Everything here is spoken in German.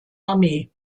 armee